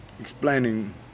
explaining